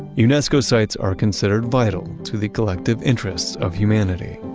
unesco sites are considered vital to the collective interests of humanity.